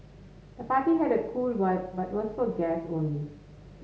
the party had a cool vibe but was for guests only